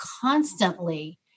constantly